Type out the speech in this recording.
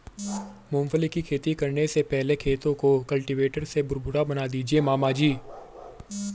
मूंगफली की खेती करने से पहले खेत को कल्टीवेटर से भुरभुरा बना दीजिए मामा जी